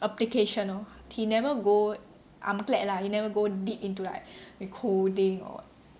application lor he never go I'm glad lah he never go deep into like the coding or what